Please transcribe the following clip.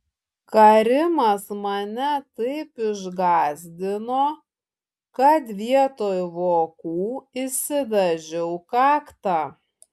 karimas mane taip išgąsdino kad vietoj vokų išsidažiau kaktą